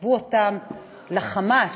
השוו אותם ל"חמאס",